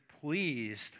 pleased